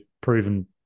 proven